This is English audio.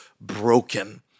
broken